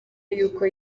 y’uko